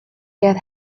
get